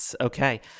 Okay